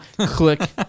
Click